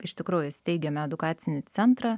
iš tikrųjų steigiame edukacinį centrą